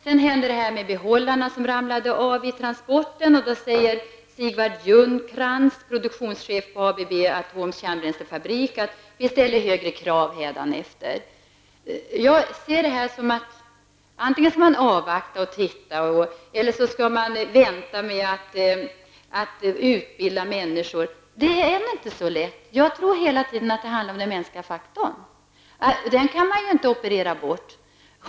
Sedan hände detta med behållarna som ramlade av i transporten, och då säger Sigvard Ljungkrantz, produktionschef på ABB Atoms kärnbränslefabrik, att de ställer högre krav hädanefter. Antingen skall man avvakta och titta, eller också skall man vänta med att utbilda människor. Detta är inte så lätt. Jag tror att det handlar om den mänskliga faktorn hela tiden. Den kan man inte operera bort.